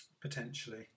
potentially